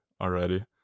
already